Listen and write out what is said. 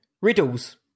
Riddles